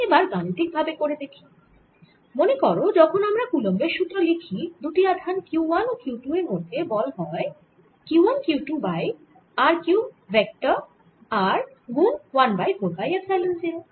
এবার গাণিতিক ভাবে করে দেখি মনে করো যখন আমরা কুলম্বের সুত্র লিখি দুটি আধান Q 1 ও Q 2 এর মধ্যে বল F হয় Q 1 Q 2 by r cube vector r গুন 1 বাই 4 পাই এপসাইলন 0